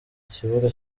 kibuga